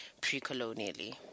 pre-colonially